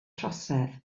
trosedd